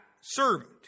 servant